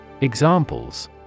Examples